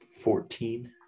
Fourteen